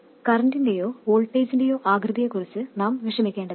കറൻറിന്റെയോ വോൾട്ടേജിന്റെയോ ആകൃതിയെക്കുറിച്ച് നാം വിഷമിക്കേണ്ടതില്ല